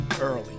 Early